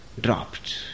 dropped